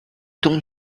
tombe